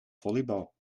volleybal